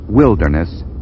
Wilderness